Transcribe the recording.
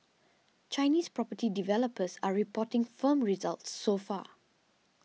Chinese property developers are reporting firm results so far